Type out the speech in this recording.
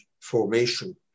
formation